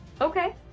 Okay